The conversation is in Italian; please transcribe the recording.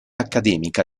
accademica